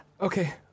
Okay